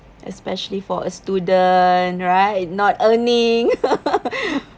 especially for a student right not earning